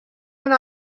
mynd